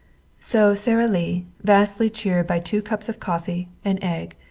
so sara lee, vastly cheered by two cups of coffee, an egg,